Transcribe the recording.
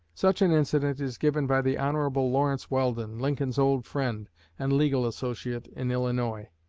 such an incident is given by the hon. lawrence weldon, lincoln's old friend and legal associate in illinois.